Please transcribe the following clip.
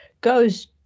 goes